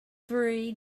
three